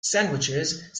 sandwiches